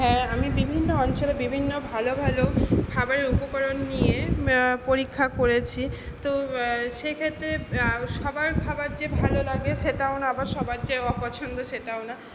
হ্যাঁ আমি বিভিন্ন অঞ্চলের বিভিন্ন ভালো ভালো খাবারের উপকরণ নিয়ে পরীক্ষা করেছি তো সেইক্ষেত্রে সবার খাবার যে ভালো লাগে সেটাও না আবার সবার যে অপছন্দ সেটাও না